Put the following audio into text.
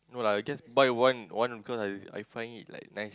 no lah just buy one one because I find it like nice